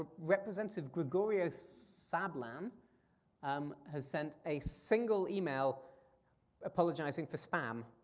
ah representative gregorio sablan um has sent a single email apologizing for spam.